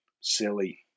silly